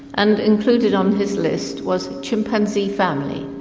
and included on his list was chimpanzee family,